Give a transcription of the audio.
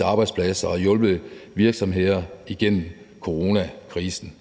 af arbejdspladser og hjulpet virksomheder igennem coronakrisen.